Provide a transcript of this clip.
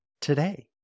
today